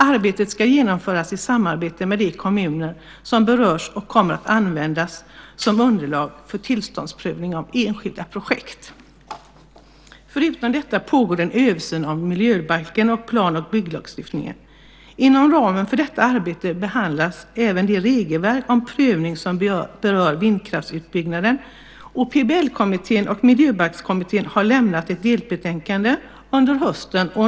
Arbetet ska genomföras i samarbete med de kommuner som berörs och kommer att användas som underlag för tillståndsprövning av enskilda projekt. Förutom detta pågår en översyn av miljöbalken och plan och bygglagstiftningen. Inom ramen för detta arbete behandlas även det regelverk om prövning som berör vindkraftsutbyggnaden, och PBL-kommittén och Miljöbalkskommittén har lämnat ett delbetänkande under hösten.